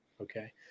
Okay